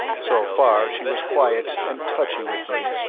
so far she was quiet and touchy with me,